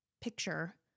picture